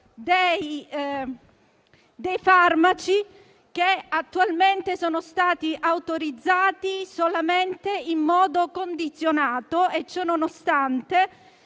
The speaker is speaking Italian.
dei farmaci che attualmente sono stati autorizzati solo in modo condizionato; ciononostante,